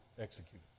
executed